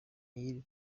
y’iri